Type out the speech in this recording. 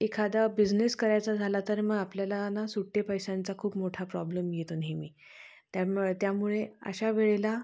एखादा बिझनेस करायचा झाला तर मग आपल्याला ना सुट्टे पैशांचा खूप मोठा प्रॉब्लेम येतो नेहमी त्यामुळं त्यामुळे अशा वेळेला